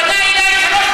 לבכיינות.